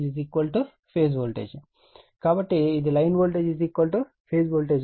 కాబట్టి ఇది line voltage phase voltage